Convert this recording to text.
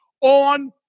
on